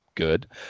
good